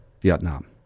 Vietnam